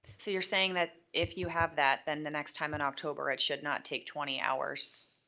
so you're saying that, if you have that then the next time in october it should not take twenty hours.